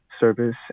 service